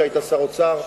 כשהיית שר האוצר,